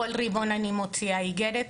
כל רבעון אני מוציאה איגרת.